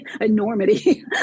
enormity